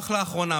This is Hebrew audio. אך לאחרונה,